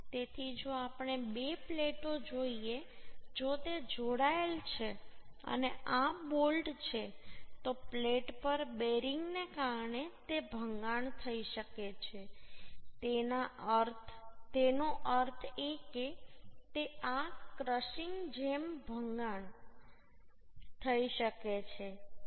તેથી જો આપણે બે પ્લેટો જોઈએ જો તે જોડાયેલ છે અને આ બોલ્ટ છે તો પ્લેટ પર બેરિંગને કારણે તે ભંગાણ થઈ શકે છે તેનો અર્થ એ કે તે આ ક્રશિંગ જેમ ભંગાણ થઈ શકે છે